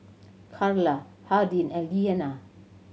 Charla Hardin and Leanna